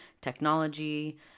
technology